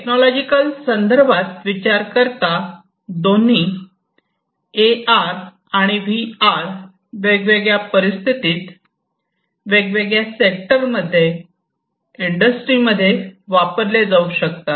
technological संदर्भात विचार करता दोन्ही ए आर आणि व्ही आर वेगवेगळ्या परिस्थितीत वेगवेगळ्या सेक्टर मध्ये इंडस्ट्री वापरले जाऊ शकतात